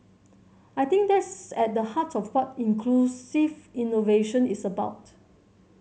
I think that's at the heart of what inclusive innovation is about